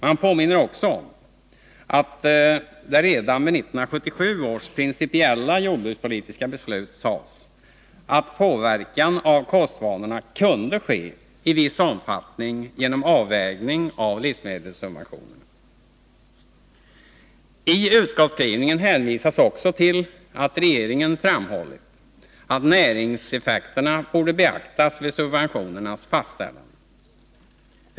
Man påminner också om att det redan vid 1977 års principiella jordbrukspolitiska beslut sades att kostvanorna kunde påverkas i viss omfattning genom avvägning av livsmedelssubventionerna. I utskottsskrivningen hänvisas också till att regeringen framhållit att näringseffekterna borde beaktas vid subventionernas fastställande.